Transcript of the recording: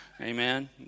amen